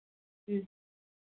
ம்